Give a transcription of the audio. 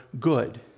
good